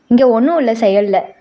இங்கே ஒன்றும் இல்லை செயலில்